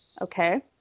Okay